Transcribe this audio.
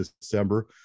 december